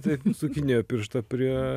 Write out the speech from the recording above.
taip sukinėjo pirštą prie